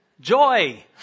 Joy